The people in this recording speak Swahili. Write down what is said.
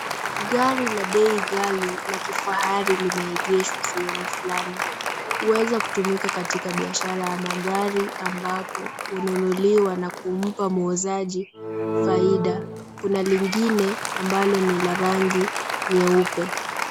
Gari la bei ghali la kifahari limeegeshwa sehemu fulani. Huweza kutumika katika biashara ya magari ambapo hununuliwa na kuumpa muuzaji faida. Kuna lingine ambalo ni la rangi nyeupe.